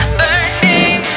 burning